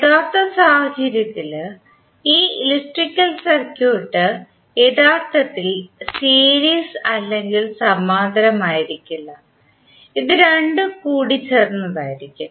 യഥാർത്ഥ സാഹചര്യത്തിൽ ഈ ഇലക്ട്രിക്കൽ സർക്യൂട്ട് യഥാർത്ഥത്തിൽ സീരീസ് അല്ലെങ്കിൽ സമാന്തരമായിരിക്കില്ല ഇത് രണ്ടും കൂടിച്ചേർന്നതായിരിക്കും